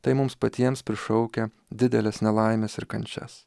tai mums patiems prišaukia dideles nelaimes ir kančias